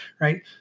right